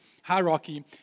hierarchy